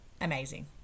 amazing